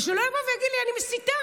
ושלא יבוא ויגיד לי שאני מסיתה.